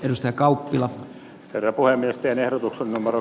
ensio kauppila kertoi nesteen ehdotuksen numero